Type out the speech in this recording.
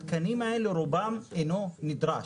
רוב התקנים אינו נדרש.